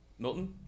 Milton